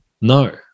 no